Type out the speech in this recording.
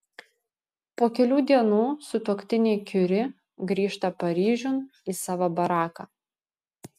po kelių dienų sutuoktiniai kiuri grįžta paryžiun į savo baraką